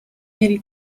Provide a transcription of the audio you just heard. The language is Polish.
mieli